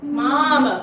mom